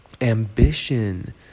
ambition